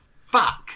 fuck